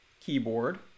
keyboard